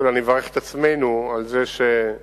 רצוני לשאול: